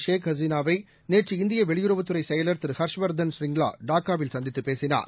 ஷேக் ஹசீனாவைநேற்று இந்தியவெளியுறவுத்துறைசெயலர் திரு ஹர்ஷ்வர்தன் ஷிரிங்லாடாக்காவில் சந்தித்துப் பேசினார்